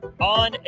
on